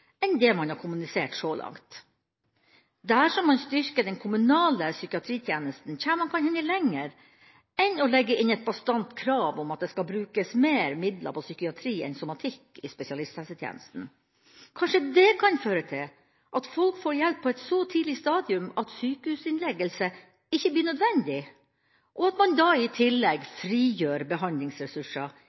enn det man har kommunisert så langt. Dersom man styrker den kommunale psykiatritjenesten, kommer man kan hende lenger enn å legge inn et bastant krav om at det skal brukes mer midler på psykiatri enn på somatikk i spesialisthelsetjenesten. Kanskje det kan føre til at folk får hjelp på et så tidlig stadium at sykehusinnleggelse ikke blir nødvendig, og at man da i tillegg frigjør behandlingsressurser